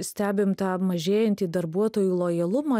stebim tą mažėjantį darbuotojų lojalumą